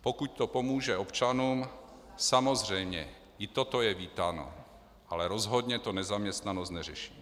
Pokud to pomůže občanům, samozřejmě, i toto je vítáno, ale rozhodně to nezaměstnanost neřeší.